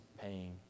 paying